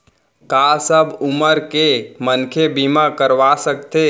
का सब उमर के मनखे बीमा करवा सकथे?